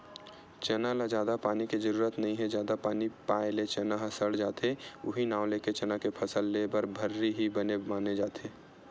चना ल जादा पानी के जरुरत नइ हे जादा पानी पाए ले चना ह सड़ जाथे उहीं नांव लेके चना के फसल लेए बर भर्री ही बने माने जाथे